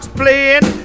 playing